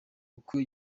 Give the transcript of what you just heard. uko